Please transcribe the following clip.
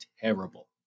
terrible